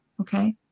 Okay